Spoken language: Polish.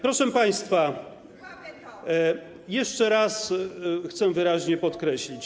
Proszę państwa, jeszcze raz chcę wyraźnie to podkreślić.